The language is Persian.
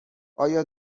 آیا